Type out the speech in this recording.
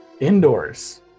Indoors